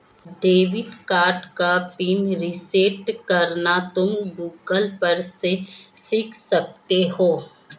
debit card का PIN reset करना तुम गूगल पर से सीख सकते हो